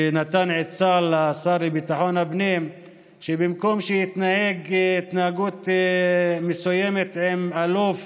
שנתן עצה לשר לביטחון הפנים שבמקום שיתנהג התנהגות מסוימת עם אלוף